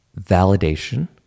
Validation